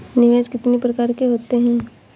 निवेश कितनी प्रकार के होते हैं?